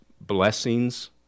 blessings